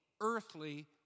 earthly